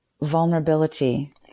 vulnerability